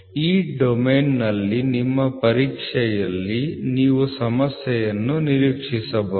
ಈ ಡೊಮೇನ್ನಲ್ಲಿ ನಿಮ್ಮ ಪರೀಕ್ಷೆಯಲ್ಲಿ ನೀವು ಸಮಸ್ಯೆಯನ್ನು ನಿರೀಕ್ಷಿಸಬಹುದು